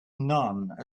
none